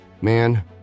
man